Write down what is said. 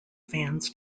fans